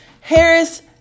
Harris